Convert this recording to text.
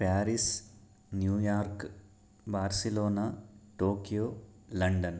Paris New York Barcelona Tokyo London